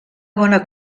bona